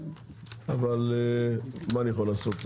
אבל מה אני יכול לעשות?